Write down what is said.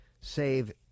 save